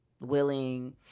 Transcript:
willing